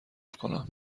کنم